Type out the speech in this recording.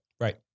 Right